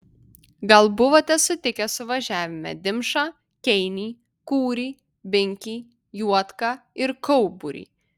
gal buvote sutikę suvažiavime dimšą keinį kūrį binkį juodką ir kaubrį